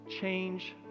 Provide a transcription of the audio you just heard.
change